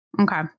okay